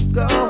go